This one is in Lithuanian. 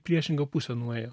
priešingą pusę nuėjo